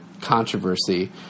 controversy